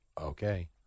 Okay